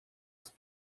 ist